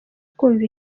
kumva